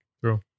True